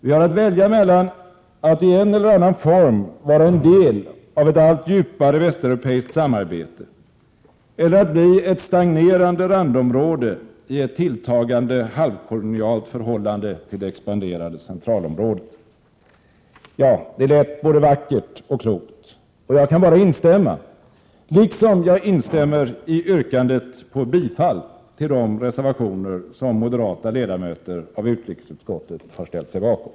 ——— Vi har att välja mellan att i en eller annan form vara en del av ett allt djupare västeuropeiskt samarbete, eller att bli ett stagnerande randområde i ett tilltagande halvkolonialt förhållande till det expanderande centralområdet.” Det lät både vackert och klokt, och jag kan bara instämma, liksom jag instämmer i yrkandet om bifall till de reservationer som moderata ledamöter av utrikesutskottet har ställt sig bakom.